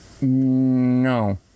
No